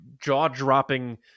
jaw-dropping